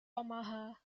omaha